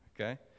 okay